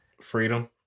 freedom